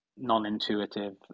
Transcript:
non-intuitive